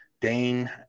Dane